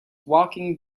walking